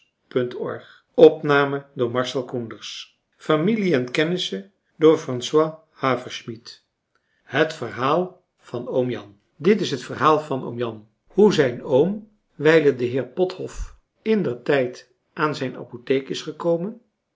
familie en kennissen het verhaal van oom jan dit is het verhaal van oom jan hoe zijn oom wijlen de heer pothof indertijd aan zijn apotheek is gekomen